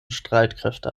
streitkräfte